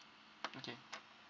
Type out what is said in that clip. okay